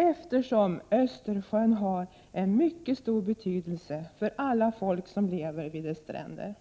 Östersjön har nämligen en mycket stor betydelse för alla folk som lever vid dess stränder.